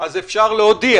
אז אפשר להודיע.